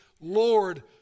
Lord